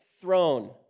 throne